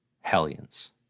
Hellions